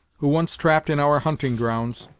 who once trapped in our hunting grounds,